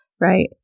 right